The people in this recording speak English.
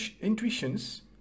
intuitions